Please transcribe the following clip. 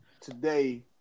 today